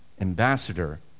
ambassador